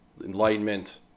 enlightenment